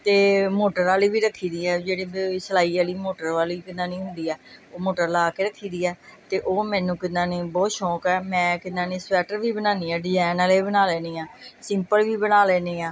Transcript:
ਅਤੇ ਮੋਟਰ ਵਾਲੀ ਵੀ ਰੱਖੀ ਦੀ ਆ ਜਿਹੜੀ ਸਿਲਾਈ ਆਲੀ ਮੋਟਰ ਵਾਲੀ ਕਿੰਨਾ ਨੀ ਹੁੰਦੀ ਆ ਉਹ ਮੋਟਰ ਲਾ ਕੇ ਰੱਖੀ ਦੀ ਹੈ ਅਤੇ ਉਹ ਮੈਨੂੰ ਕਿੰਨਾ ਨੀ ਬਹੁਤ ਸ਼ੌਕ ਆ ਮੈਂ ਕਿੰਨਾ ਨੀ ਸਵੈਟਰ ਵੀ ਬਣਾਉਂਦੀ ਹਾਂ ਡਿਜਾਇਨ ਵਾਲੇ ਬਣਾ ਲੈਂਦੀ ਹਾਂ ਸਿੰਪਲ ਵੀ ਬਣਾ ਲੈਂਦੀ ਹਾਂ